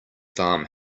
farm